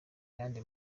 yandi